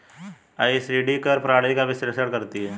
OECD कर प्रणाली का विश्लेषण करती हैं